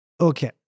okay